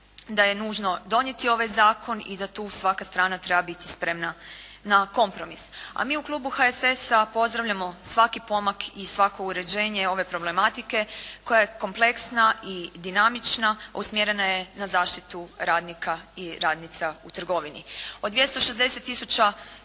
da je nužno donijeti ovaj Zakon i da tu svaka strana treba biti spremna na kompromis. A mi u Klubu HSS-a pozdravljamo svaki pomak i svako uređenje ove problematike koja je kompleksna i dinamična, usmjerena je na zaštitu radnika i radnica u trgovini. Od 260